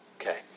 Okay